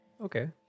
Okay